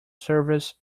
service